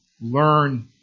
learn